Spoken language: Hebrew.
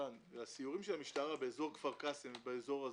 הסיורים של המשטרה באזור כפר קאסם הם באזור הזה.